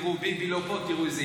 התשפ"ג 2023, לוועדת הכלכלה נתקבלה.